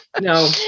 no